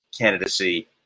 candidacy